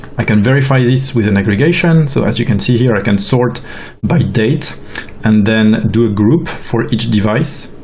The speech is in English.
i can verify this with an aggregation. so as you can see here, i can sort by date and then do a group for each device,